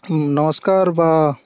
নমস্কার বা